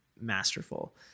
masterful